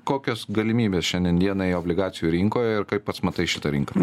kokios galimybės šiandien dienai obligacijų rinkoje ir kaip pats matai šitą rinką